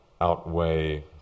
outweigh